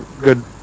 good